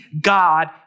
God